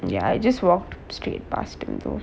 ya I just walked straight pass into